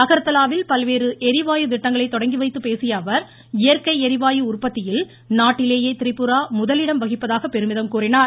அகர்தலாவில் பல்வேறு எரிவாயு திட்டங்களை தொடங்கிவைத்துப் பேசியஅவர் இயற்கை எரிவாயு உற்பத்தியில் நாட்டிலேயே திரிபுரா முதலிடம் வகிப்பதாக பெருமிதம் கூறினார்